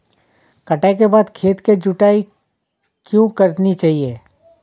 कटाई के बाद खेत की जुताई क्यो करनी चाहिए?